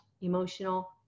emotional